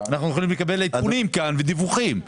אנחנו יכולים לקבל עדכונים כאן ודיווחים.